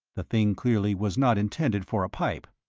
the thing clearly was not intended for a pipe.